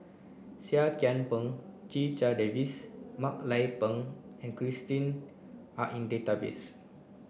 Seah Kian Peng Checha Davies Mak Lai Peng and Christine are in the database